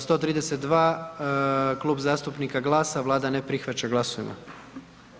132, Klub zastupnika GLAS-a, Vlada ne prihvaća, glasujmo.